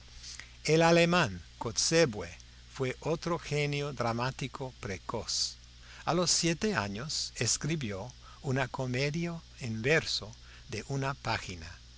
el alemán kotzebue fue otro genio dramático precoz a los siete años escribió una comedia en verso de una página